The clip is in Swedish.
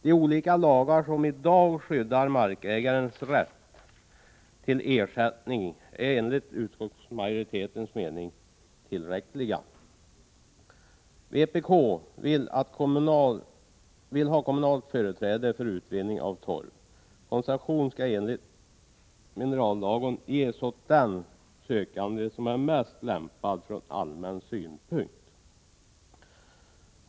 De olika lagar som i dag skyddar markägarens rätt till ersättning är enligt utskottsmajoritetens mening tillräckliga. Vpk vill ha kommunalt företräde för utvinning av torv. Koncession skall enligt minerallagen ges åt den sökande som är mest lämpad ur allmän synpunkt.